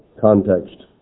context